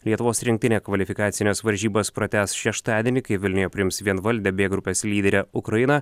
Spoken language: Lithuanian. lietuvos rinktinė kvalifikacines varžybas pratęs šeštadienį kai vilniuje priims vienvaldę b grupės lyderę ukrainą